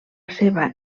seva